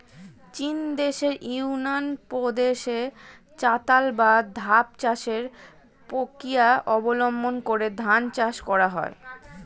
চীনদেশের ইউনান প্রদেশে চাতাল বা ধাপ চাষের প্রক্রিয়া অবলম্বন করে ধান চাষ করা হয়